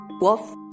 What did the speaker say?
wolf